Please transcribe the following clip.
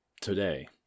Today